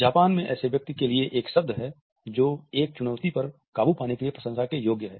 Japan में ऐसे व्यक्ति के लिए एक शब्द है जो एक चुनौती पर काबू पाने के लिए प्रशंसा के योग्य है